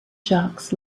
jocks